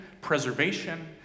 preservation